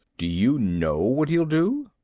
do you know what he'll do?